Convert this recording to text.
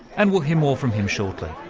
and we'll hear more from him shortly.